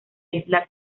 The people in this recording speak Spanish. isla